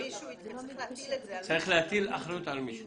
צריך להטיל אחריות על מישהו.